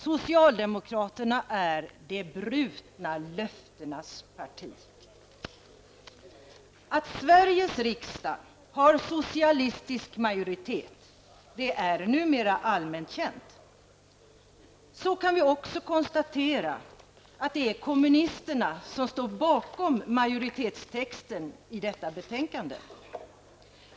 Socialdemokraterna är de brutna löftenas parti. Att Sveriges riksdag har socialistisk majoritet är numera allmänt känt. Så kan vi också konstatera att det är kommunisterna som står bakom majoritetstexten i betänkandet.